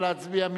נא להצביע.